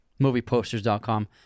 MoviePosters.com